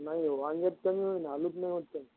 नाही हो वांग्यात कमी होईल आलूत नाही होत कमी